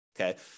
okay